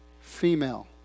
female